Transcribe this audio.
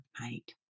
night